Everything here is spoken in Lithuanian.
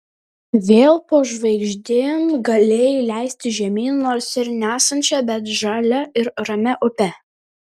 vėl po žvaigždėm galėjai leistis žemyn nors ir nesančia bet žalia ir ramia upe